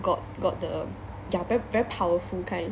got got the ya very very powerful kind